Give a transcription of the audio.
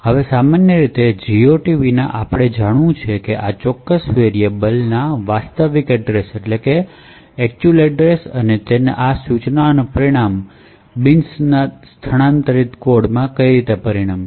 હવે સામાન્ય રીતે GOT વિના આપણે જાણવું જરૂરી છે આ ચોક્કસ વેરિએબલ વાસ્તવિક એડ્રેશ અને તેથી આ સૂચનાનું પરિણામ બિન સ્થાનાંતરિત કોડમાં પરિણમશે